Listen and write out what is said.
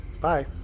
Bye